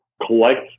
collect